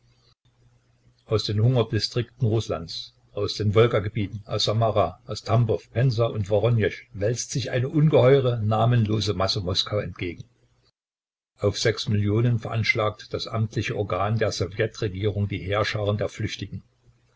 aus den hungerdistrikten rußlands aus den wolgagebieten aus samara aus tambow pensa und woronesch wälzt sich eine ungeheure namenlose masse moskau entgegen auf sechs millionen veranschlagt das amtliche organ der sowjetregierung die heerscharen der flüchtigen